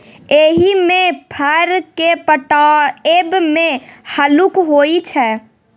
एहिमे फर केँ पटाएब मे हल्लुक होइ छै